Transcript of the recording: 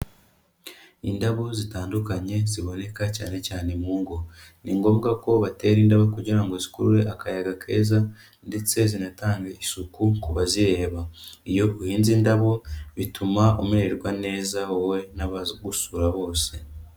Indabo zitandukanye, ziboneka cyane cyane mu ngo. Ni ngombwa ko batera indabo kugira ngo zikurure akayaga keza ndetse zinatangage isuku ku bazireba. Iyo uhinze indabo, bituma umererwa neza wowe n'abagusura bose.